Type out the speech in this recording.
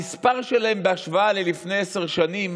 המספר שלהם בהשוואה ללפני עשר שנים